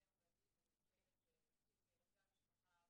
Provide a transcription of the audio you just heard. סליחה שאני משעשעת אותך,